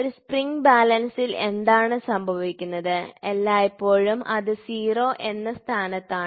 ഒരു സ്പ്രിംഗ് ബാലൻസിൽ എന്താണ് സംഭവിക്കുന്നത് എല്ലായ്പ്പോഴും അത് 0 എന്ന സ്ഥാനത്താണ്